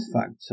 factor